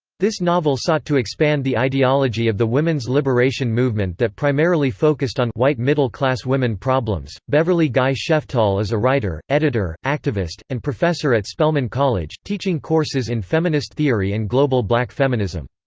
this novel sought to expand the ideology of the women's liberation movement that primarily focused on white middle-class women problems beverly guy-sheftall is a writer, editor, activist, and professor at spelman college, teaching courses in feminist theory and global black feminism.